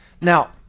Now